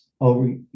over